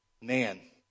man